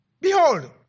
Behold